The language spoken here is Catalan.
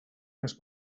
més